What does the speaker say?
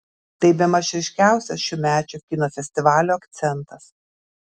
tai bemaž ryškiausias šiųmečio kino festivalio akcentas